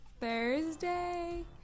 Thursday